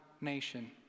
nation